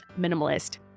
Minimalist